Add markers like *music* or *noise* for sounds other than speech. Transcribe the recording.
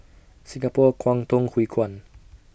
Singapore Kwangtung Hui Kuan *noise*